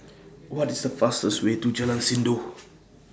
What IS The fastest Way to Jalan Sindor